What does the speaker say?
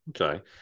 Okay